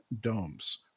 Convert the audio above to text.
domes